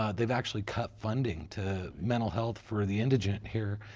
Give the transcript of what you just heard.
um they've actually cut funding to mental health for the indigent here.